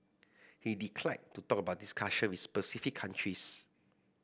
he declined to talk about discussion with specific countries